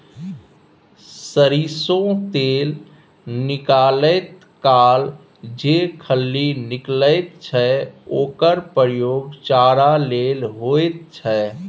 सरिसों तेल निकालैत काल जे खली निकलैत छै ओकर प्रयोग चारा लेल होइत छै